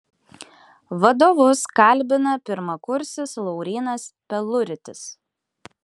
vadovus kalbina pirmakursis laurynas peluritis